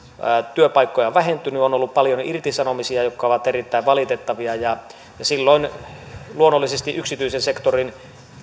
työpaikkoja on vähentynyt on ollut paljon irtisanomisia jotka ovat erittäin valitettavia ja silloin luonnollisesti yksityisen sektorin